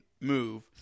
move